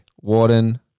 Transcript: Warden